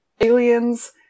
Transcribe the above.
aliens